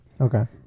Okay